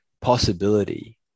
possibility